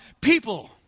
people